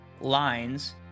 lines